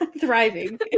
Thriving